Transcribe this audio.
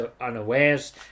unawares